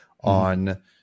on